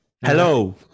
Hello